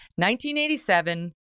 1987